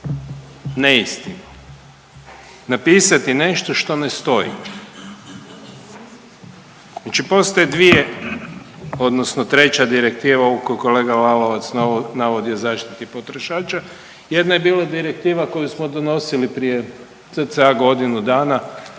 neistinu, napisati nešto što ne stoji. Znači postoje dvije odnosno treća direktiva ovu koju kolega Lalovac navodi o zaštiti potrošača. Jedna je bila direktiva koju smo donosili prije cca godinu dana